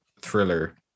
thriller